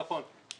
נכון.